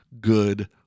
good